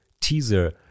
teaser